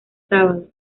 sábado